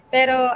Pero